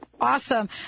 Awesome